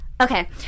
Okay